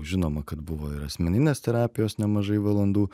žinoma kad buvo ir asmeninės terapijos nemažai valandų